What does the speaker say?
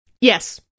yes